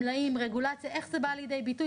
מלאים, רגולציה, איך זה בא לידי ביטוי?